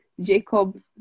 Jacob